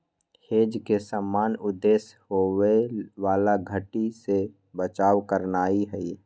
hedge के सामान्य उद्देश्य होयबला घट्टी से बचाव करनाइ हइ